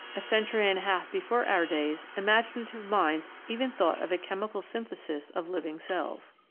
a century and a half before our days imaginative minds even thought of a chemical synthesis of living cells.